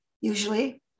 Usually